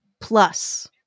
plus